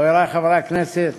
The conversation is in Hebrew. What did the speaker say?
חברי חברי הכנסת,